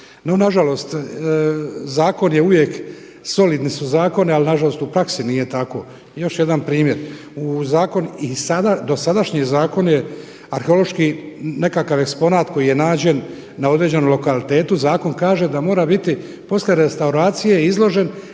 nažalost zakon je uvijek, solidni su zakoni ali nažalost u praksi nije tako. I još jedan primjer, u zakon, i dosadašnji zakon je arheološki nekakav eksponat koji je nađen na određenom lokalitetu zakon kaže da mora biti poslije restauracije izložen